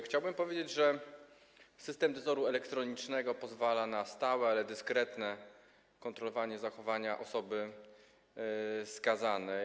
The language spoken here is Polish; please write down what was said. Chciałbym powiedzieć, że system dozoru elektronicznego pozwala na stałe, ale dyskretne kontrolowanie zachowania osoby skazanej.